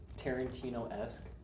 Tarantino-esque